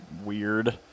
weird